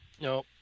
No